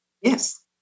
Yes